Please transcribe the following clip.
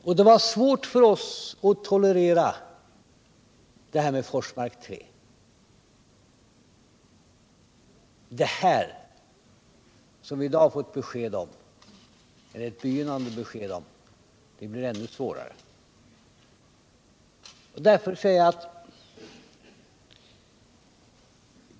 Det har varit svårt för oss att tolerera behandlingen av Forsmark 3, men det som vi i dag har fått ett begynnande besked om blir ännu svårare.